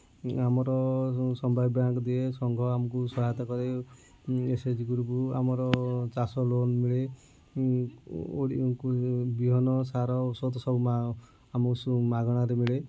ଆମର ସମବାୟ ବ୍ୟାଙ୍କ୍ ଦିଏ ସଂଘ ଆମକୁ ସହାୟତା କରେ ଏସ୍ ଏଚ୍ ଜି ଗ୍ରୁପ୍ ଆମର ଚାଷ ଲୋନ୍ ମିଳେ ବିହନ ସାର ଔଷଧ ସବୁ ମା ଆମକୁ ସବୁ ମାଗଣାରେ ମିଳେ